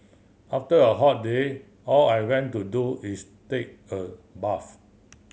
after a hot day all I want to do is take a bath